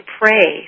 pray